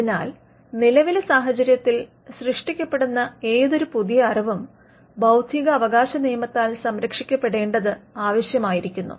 അതിനാൽ നിലവിലെ സാഹചര്യത്തിൽ സൃഷ്ടിക്കപ്പെടുന്ന ഏതൊരു പുതിയ അറിവും ബൌദ്ധിക അവകാശനിയമത്താൽ സംരക്ഷിക്കപ്പെടേണ്ടത് ആവശ്യമായിരിക്കുന്നു